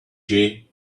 play